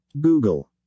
Google